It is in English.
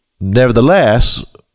nevertheless